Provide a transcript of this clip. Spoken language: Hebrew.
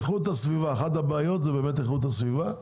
אחת הבעיות זה באמת איכות הסביבה.